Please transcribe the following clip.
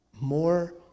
more